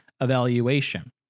Evaluation